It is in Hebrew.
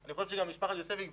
אני חושב שגם משפחת יוספי,